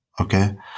Okay